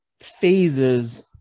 phases